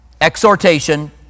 exhortation